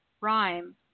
rhyme